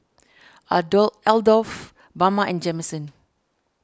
Adore Adolph Bama and Jamison